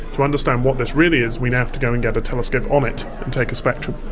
to understand what this really is we now have to go and get a telescope on it and take a spectrum.